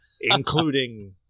including